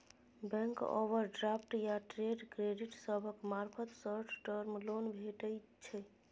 bank overdraft या trade credit सभक मार्फत शॉर्ट टर्म लोन भेटइ छै